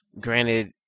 Granted